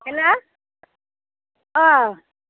hello औ